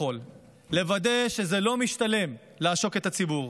כדי לוודא שזה לא משתלם לעשוק את הציבור.